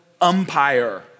umpire